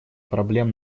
проблем